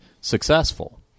successful